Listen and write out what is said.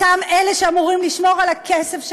אותם אלה שאמורים לשמור על הכסף שלנו,